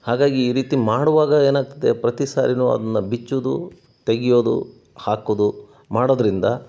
ಹಾಗಾಗಿ ಈ ರೀತಿ ಮಾಡುವಾಗ ಏನಾಗ್ತದೆ ಪ್ರತಿ ಸಾರಿನೂ ಅದನ್ನ ಬಿಚ್ಚೋದು ತೆಗೆಯೋದು ಹಾಕೋದು ಮಾಡೋದರಿಂದ